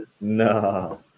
No